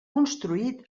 construït